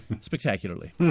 Spectacularly